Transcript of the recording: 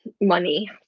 money